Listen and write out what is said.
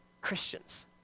Christians